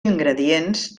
ingredients